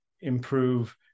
improve